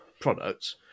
products